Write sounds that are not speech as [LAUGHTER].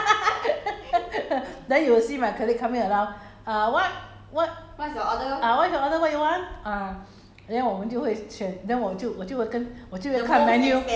then if the G_M lost everybody get to drink you know [LAUGHS] then you will see my colleague coming around uh what what uh what's your order what you want uh